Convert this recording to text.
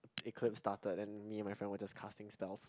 eclipse started and me and my friend were just casting spells